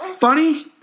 funny